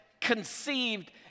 conceived